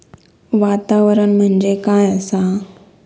वातावरण म्हणजे काय असा?